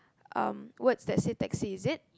um words that say taxi is it